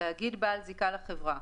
"תאגיד בעל זיקה לחברה"